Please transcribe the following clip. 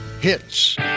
Hits